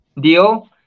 deal